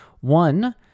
One